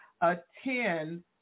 attend